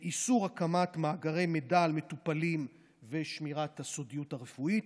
איסור הקמת מאגרי מידע על מטופלים ושמירת הסודיות הרפואית,